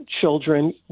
children